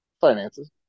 Finances